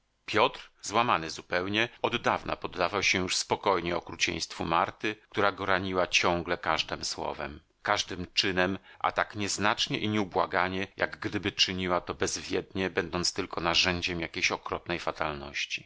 piotr złamany zupełnie oddawna poddawał się już spokojnie okrucieństwu marty która go raniła ciągle każdem słowem każdym czynem a tak nieznacznie i nieubłaganie jak gdyby czyniła to bezwiednie będąc tylko narzędziem jakiejś okropnej fatalności